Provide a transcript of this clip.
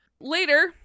later